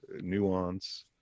nuance